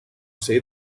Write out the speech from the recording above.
say